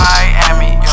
Miami